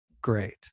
great